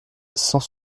cent